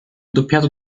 doppiato